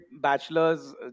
bachelor's